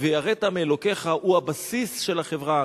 "ויראת מאלהיך" הוא הבסיס של החברה,